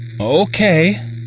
Okay